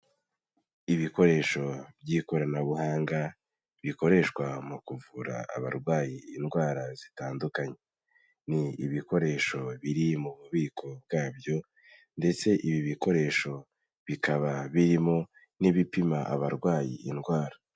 Ibikoresho by'ikoranabuhanga bikoreshwa mu kuvura abarwayi indwara zitandukanye, ni ibikoresho biri mu bubiko bwabyo ndetse ibi bikoresho bikaba birimo n'ibipima abarwayi indwara.